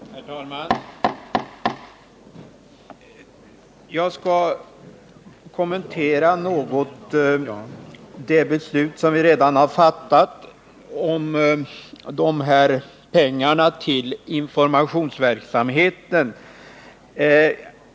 Herr talman! Jag skall något kommentera det beslut som vi redan har fattat om pengarna till informationsverksamheten.